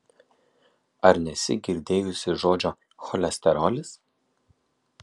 ar nesi girdėjusi žodžio cholesterolis